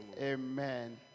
Amen